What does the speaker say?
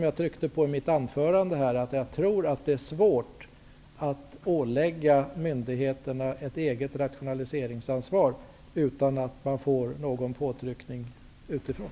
Jag framförde i mitt anförande att jag tror att det är svårt att ålägga myndigheterna ett eget rationaliseringsansvar utan påtryckningar utifrån.